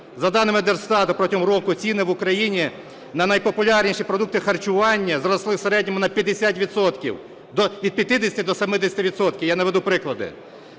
За даними Держстату, протягом року ціни в Україні на найпопулярніші продукти харчування зросли в середньому на 50 відсотків, від 50 до 70 відсотків. Я наведу приклади.